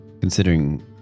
Considering